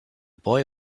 boy